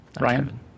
Ryan